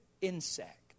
insect